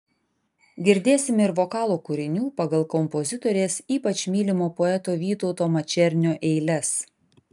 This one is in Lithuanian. girdėsime ir vokalo kūrinių pagal kompozitorės ypač mylimo poeto vytauto mačernio eiles